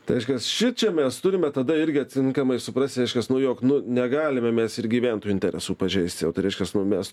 tai reiškias šičia mes turime tada irgi atinkamai suprast reiškias nu jog nu negalime mes ir gyventojų interesų pažeisti o reiškias nu mes